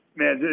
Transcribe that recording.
man